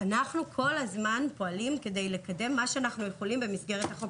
אנחנו כל הזמן פועלים כדי לקדם את מה שאנחנו יכולים במסגרת החוק,